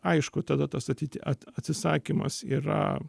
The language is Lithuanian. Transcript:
aišku tada tas atiti atsisakymas yra